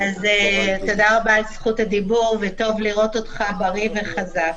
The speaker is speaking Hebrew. תודה רבה על זכות הדיבור וטוב לראות אותך בריא וחזק.